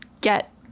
get